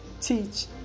teach